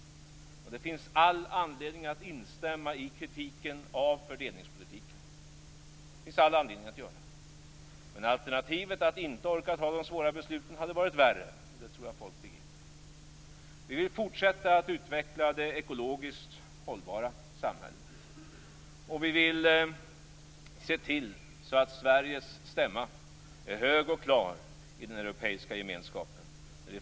Det finns all anledning att instämma i kritiken av fördelningspolitiken. Det finns det all anledning att göra. Men alternativet, att inte orka ta de svåra besluten, hade varit värre. Det tror jag att folk begriper.